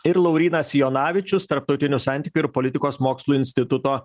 ir laurynas jonavičius tarptautinių santykių ir politikos mokslų instituto